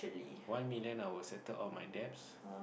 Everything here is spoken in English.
one million I will settle all my debts